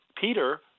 Peter